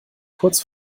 kurz